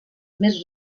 més